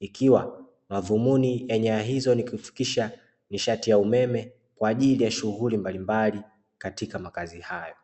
Ikiwa dhumuni la nyaya hizo ni kufikisha nishati ya umeme katika shughuli mbalimbali katika makazi hayo.